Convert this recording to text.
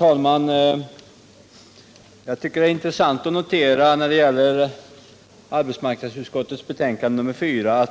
Herr talman! När det gäller arbetsmarknadsutskottets betänkande nr 4